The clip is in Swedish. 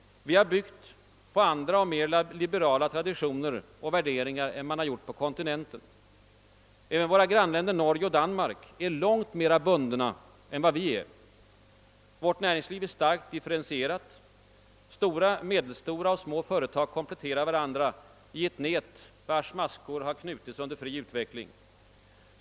Vi har byggt på andra och mer liberala traditioner och värderingar än man har gjort på kontinenten. Även våra grannländer Norge och Danmark är långt mer bundna än vad vi är. Vårt näringsliv är starkt differentierat; stora, medelstora och små företag kompletterar varandra i ett nät, vars maskor knutits under fri utveckling.